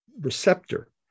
receptor